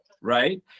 right